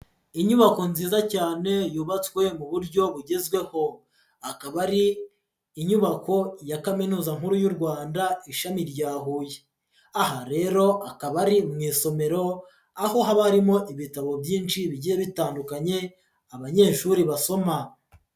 Inyubako nziza cyane yubatswe mu buryo bugezweho, akaba ari inyubako ya Kaminuza nkuru y'u Rwanda ishami rya Huye, aha rero akaba ari mu isomero, aho haba harimo ibitabo byinshi bigiye bitandukanye abanyeshuri basoma.